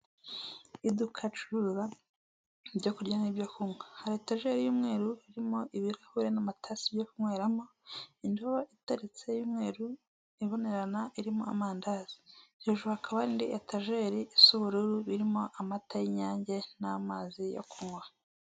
Iduka ricuruza ibyo kurya n'ibyo kunywa. Hari etajeri y'umweru irimo ibirahuri n'amatasi byo kunyweramo, indobo iteretse y'umweru ibonerana irimo amandazi, hejuru hakaba hari indi etajeri isa ubururu irimo amata y'inyange n'amazi yo kunywa.